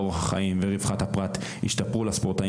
אורח החיים ורווחת הפרט השתפרו לספורטאים